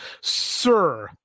sir